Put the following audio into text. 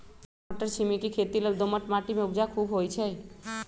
मट्टरछिमि के खेती लेल दोमट माटी में उपजा खुब होइ छइ